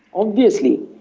obviously.